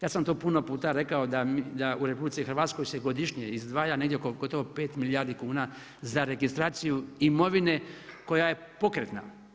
Ja sam to puno puta rekao da u RH se godišnje izdvaja negdje oko gotovo 5 milijardi kuna registraciju imovine koja je pokretna.